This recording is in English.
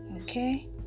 okay